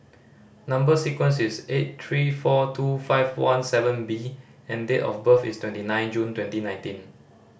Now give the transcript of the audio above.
number sequence is S eight three four two five one seven B and date of birth is twenty nine June twenty nineteen